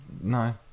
No